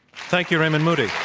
thank you, raymond moody.